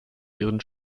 ihren